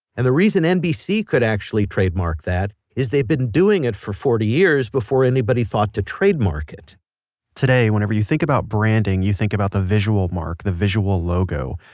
and the reason nbc could actually trademark that is they'd been doing it for forty years before anybody thought to trademark it today, whenever you think about branding, you think about the visual mark, the visual logo,